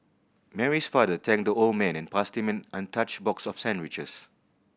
Mary's father thanked the old man and passed him an untouched box of sandwiches